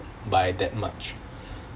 by that much